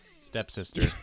Stepsister